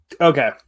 Okay